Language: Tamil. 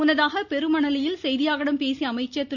முன்னதாக பெருமணலியில் செய்தியாளர்களிடம் பேசிய அமைச்சர் திரு